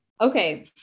Okay